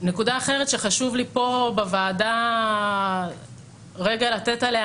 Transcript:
נקודה אחרת שחשוב לי פה בוועדה לתת עליה